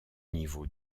niveau